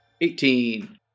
Eighteen